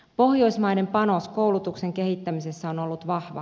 pohjoismaiden panos koulutuksen kehittämisessä on ollut vahva